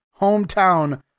hometown